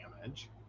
damage